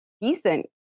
decent